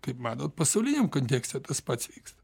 kaip matot pasauliniam kontekste tas pats vyksta